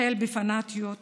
החל בפנאטיות